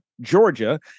Georgia